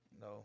no